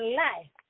life